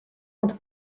und